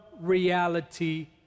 reality